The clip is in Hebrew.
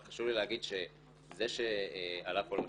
אבל חשוב לי להגיד שזה שעלה פה למשל,